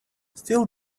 still